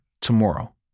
tomorrow